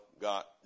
got